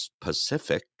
Pacific